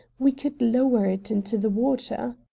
we could lower it into the water.